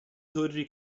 torri